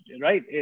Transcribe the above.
right